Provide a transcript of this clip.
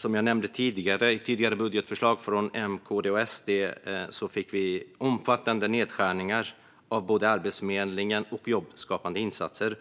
Som jag nämnde tidigare såg vi i tidigare budgetförslag från M, KD och SD omfattande nedskärningar av både Arbetsförmedlingen och jobbskapande insatser.